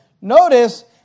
Notice